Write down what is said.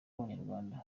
abanyarwanda